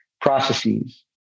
processes